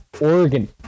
Oregon